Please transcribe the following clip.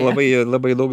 labai labai daug